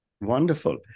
Wonderful